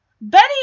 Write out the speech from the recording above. Betty